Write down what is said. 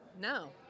no